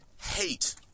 hate